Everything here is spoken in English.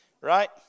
Right